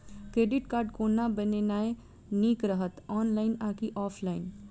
Credit card कोना बनेनाय नीक रहत? ऑनलाइन आ की ऑफलाइन?